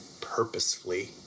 purposefully